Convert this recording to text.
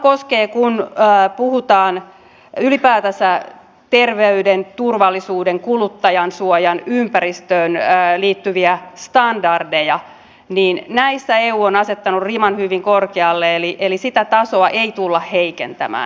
samaten kun puhutaan ylipäätänsä terveyteen turvallisuuteen kuluttajansuojaan ympäristöön liittyvistä standardeista niin näissä eu on asettanut riman hyvin korkealle eli sitä tasoa ei tulla heikentämään